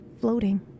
floating